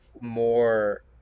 more